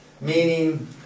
meaning